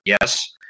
Yes